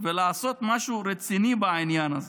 ולעשות משהו רציני בעניינה.